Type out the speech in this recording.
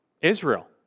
Israel